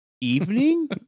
evening